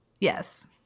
Yes